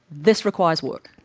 this requires work,